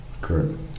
Correct